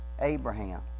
Abraham